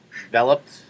Developed